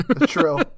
True